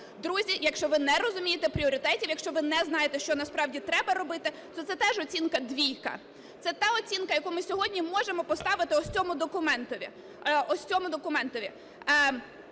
Друзі, якщо ви не розумієте пріоритетів, якщо ви не знаєте, що насправді треба робити, то це теж оцінка двійка. Це та оцінка, яку ми сьогодні можемо поставити ось цьому документові.